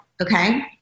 okay